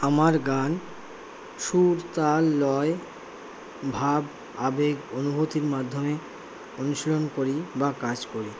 আমার গান সুর তাল লয় ভাব আবেগ অনুভূতির মাধ্যমে অনুশীলন করি বা কাজ করি